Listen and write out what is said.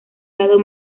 lado